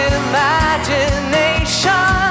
imagination